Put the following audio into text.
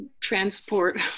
transport